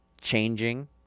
changing